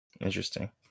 Interesting